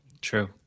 True